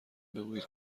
بگویید